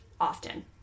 often